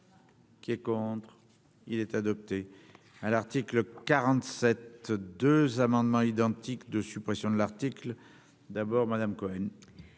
Qui est contre, il est adopté. à l'article 47 2 amendements identiques de suppression de l'article d'abord Madame Cohen.